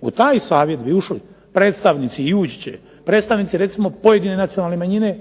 U taj savjet bi ušli predstavnici, i ući će, predstavnici recimo pojedine nacionalne manjine,